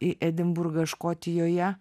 į edinburgą škotijoje